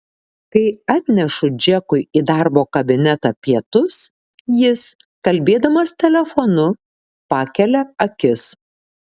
kai atnešu džekui į darbo kabinetą pietus jis kalbėdamas telefonu pakelia akis